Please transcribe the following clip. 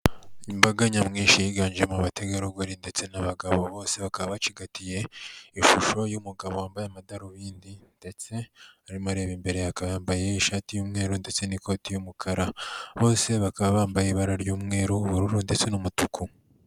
Imbaga nyamwinshi yiganjemo abategarugori ndetse n'abagabo, bose bakaba bacigatiye ishusho y'umugabo wambaye amadarubindi ndetse arimo areba imbere, yambaye ishati y'umweru ndetse n'ikoti y'umukara, bose bakaba bambaye ibara ry'umweru, ubururu ndetse n'umutuku.